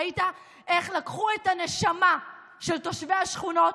ראית איך לקחו את הנשמה של תושבי השכונות,